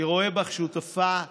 אני רואה בך שותפה מלאה.